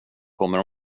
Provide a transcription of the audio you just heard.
kommer